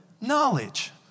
knowledge